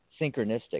synchronistic